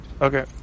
Okay